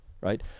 right